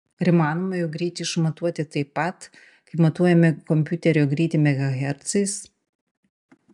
ar įmanoma jų greitį išmatuoti taip pat kaip matuojame kompiuterio greitį megahercais